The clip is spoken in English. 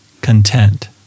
content